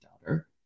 daughter